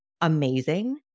amazing